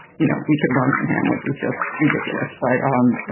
you know we could learn from him which was just ridiculous but i'm